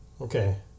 Okay